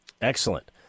Excellent